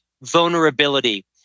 vulnerability